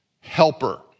helper